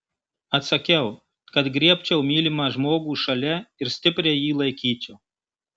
atsakiau kad griebčiau mylimą žmogų šalia ir stipriai jį laikyčiau